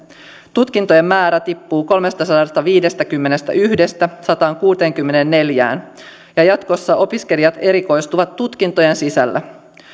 tutkintojen määrä tippuu kolmestasadastaviidestäkymmenestäyhdestä sataankuuteenkymmeneenneljään ja jatkossa opiskelijat erikoistuvat tutkintojen sisällä